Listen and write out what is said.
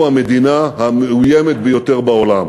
שאנחנו המדינה המאוימת ביותר בעולם?